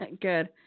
Good